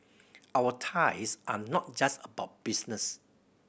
our ties are not just about business